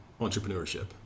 entrepreneurship